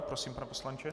Prosím, pane poslanče.